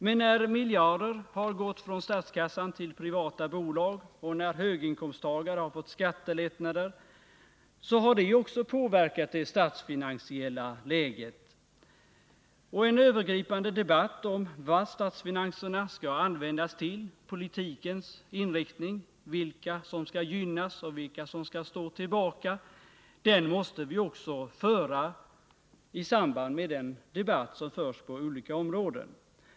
Men när miljarder har gått från statskassan till privata bolag och när höginkomsttagare har fått skattelättnader, så har det också påverkat det statsfinansiella läget. Och en övergripande debatt om vad statsfinanserna skall användas till, politikens inriktning, vilka som skall gynnas och vilka som skall stå tillbaka måste vi ju också föra i samband med den debatt som förs på olika områden.